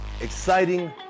exciting